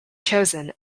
chosen